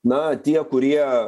na tie kurie